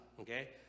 okay